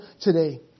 today